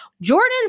Jordan